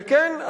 וכן,